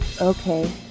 Okay